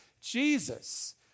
Jesus